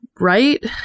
right